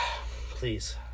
Please